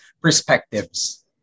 perspectives